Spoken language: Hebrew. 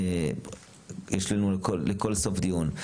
יש לנו לכל סוף דיון,